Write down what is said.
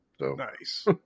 Nice